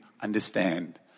understand